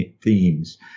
themes